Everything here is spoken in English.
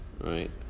right